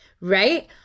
right